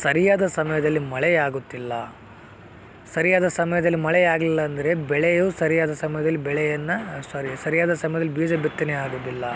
ಸರಿಯಾದ ಸಮಯದಲ್ಲಿ ಮಳೆಯಾಗುತ್ತಿಲ್ಲ ಸರಿಯಾದ ಸಮಯದಲ್ಲಿ ಮಳೆಯಾಗಲಿಲ್ಲ ಅಂದರೆ ಬೆಳೆಯು ಸರಿಯಾದ ಸಮಯದಲ್ಲಿ ಬೆಳೆಯನ್ನು ಸ್ವರೀ ಸರಿಯಾದ ಸಮಯದಲ್ಲಿ ಬೀಜ ಬಿತ್ತನೆ ಆಗೊದಿಲ್ಲ